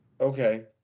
Okay